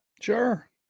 Sure